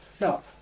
Now